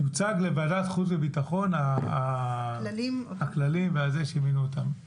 יוצג לוועדת חוץ וביטחון הכללים שמינו אותם.